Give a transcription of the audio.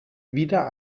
wieder